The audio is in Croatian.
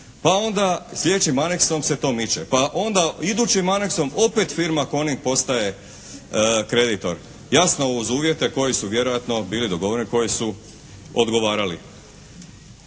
Pa onda sljedećim aneksom se to miče. Pa onda idućim aneksom opet firma "Coning" postaje kreditor, jasno uz uvjete koji su vjerojatno bili dogovoreni, koji su odgovarali.